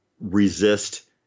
resist